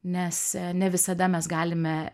nes ne visada mes galime